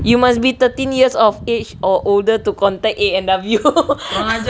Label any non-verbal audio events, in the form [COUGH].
you must be thirteen years of age or older to contact A&W [LAUGHS]